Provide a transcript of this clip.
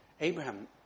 Abraham